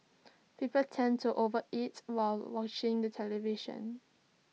people tend to over eat while watching the television